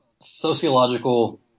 sociological